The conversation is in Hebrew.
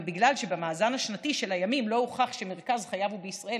אבל בגלל שבמאזן השנתי של הימים לא הוכח שמרכז חייו הוא בישראל,